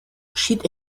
schied